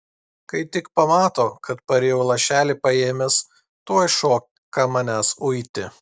kai tik pamato kad parėjau lašelį paėmęs tuoj šoka manęs uiti